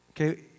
okay